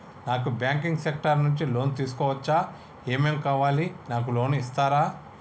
నాకు banking sector నుంచి loan తీసుకోవచ్చా? ఏమేం కావాలి? నాకు లోన్ ఇస్తారా?